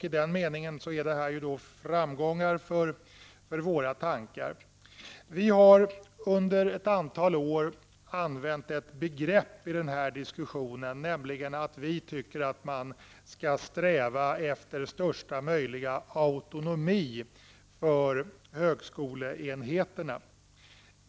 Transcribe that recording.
I den meningen är det här framgångar för våra tankar. Vi har under ett antal år använt ett begrepp i den här diskussionen, nämligen att vi tycker att man skall sträva efter största möjliga autonomi för högskoleenheterna.